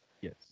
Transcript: Yes